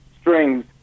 strings